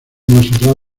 montserrat